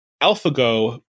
AlphaGo